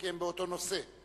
כי הן באותו נושא.